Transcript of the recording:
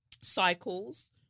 Cycles